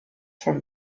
from